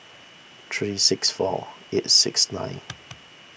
three six four eight six nine